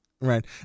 right